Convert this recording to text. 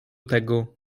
tego